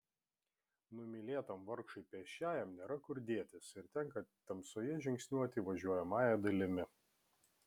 numylėtam vargšui pėsčiajam nėra kur dėtis ir tenka tamsoje žingsniuoti važiuojamąja dalimi